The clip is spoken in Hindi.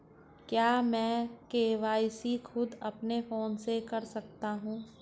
क्या मैं के.वाई.सी खुद अपने फोन से कर सकता हूँ?